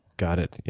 got it.